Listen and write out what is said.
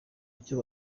icyo